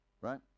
right